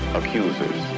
accusers